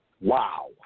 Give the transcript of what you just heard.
Wow